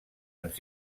ens